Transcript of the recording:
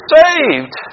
saved